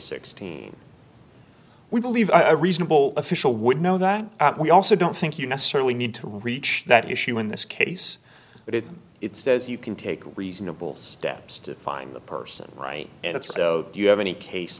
sixteen we believe a reasonable official would know that we also don't think you necessarily need to reach that issue in this case but it it says you can take reasonable steps to find the person and it's though do you have any case